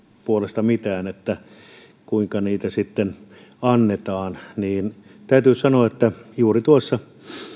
puolesta mitään kuinka niitä annetaan täytyy sanoa että juuri tuossa